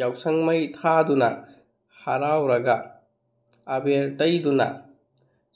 ꯌꯥꯎꯁꯪ ꯃꯩ ꯊꯥꯗꯨꯅ ꯍꯔꯥꯎꯔꯒ ꯑꯕꯦꯔ ꯇꯩꯗꯨꯅ